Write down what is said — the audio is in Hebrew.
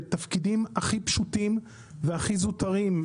לתפקידים הכי פשוטים והכי זוטרים,